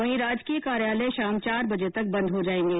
वहीं राजकीय कार्यालय शाम चार बजे तक बंद हो जाएंगे